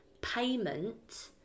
payment